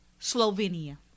Slovenia